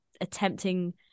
attempting